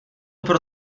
pro